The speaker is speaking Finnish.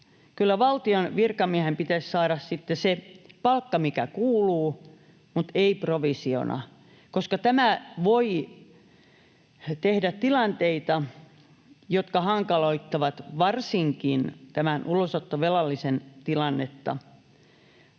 valtion virkamiehen pitäisi saada se palkka, mikä kuuluu, mutta ei provisiona, koska tämä voi tehdä tilanteita, jotka hankaloittavat varsinkin ulosottovelallisen tilannetta.